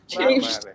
Changed